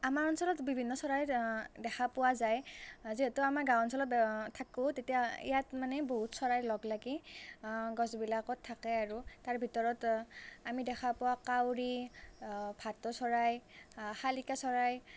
আমাৰ অঞ্চলত বিভিন্ন চৰাই দেখা পোৱা যায় যিহেতু আমাৰ গাওঁ অঞ্চলত থাকোঁ ইয়াত মানে বহুত চৰাই লগ লাগি গছবিলাকত থাকে আৰু তাৰ ভিতৰত আমি দেখা পোৱা কাউৰী ভাটৌ চৰাই শালিকা চৰাই